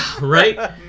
right